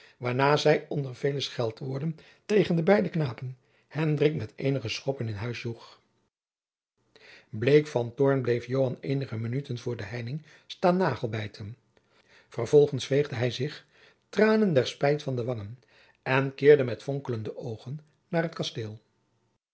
waarna zij onder veele scheld woorden tegen de beide knapen hendrik met eenige schoppen in huis joeg bleek van toorn bleef joan eenige minuten voor de heining staan nagelbijten vervolgens veegde hij zich tranen der spijt van de wangen en keerde met vonkelende oogen naar het kasteel